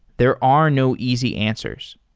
there are no easy answers.